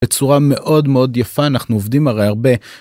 בצורה מאוד מאוד יפה אנחנו עובדים הרי הרבה.